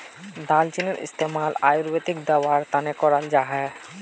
दालचीनीर इस्तेमाल आयुर्वेदिक दवार तने कराल जाहा